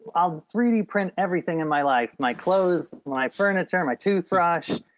i'll three d print everything in my life, my clothes, my furniture, my toothbrush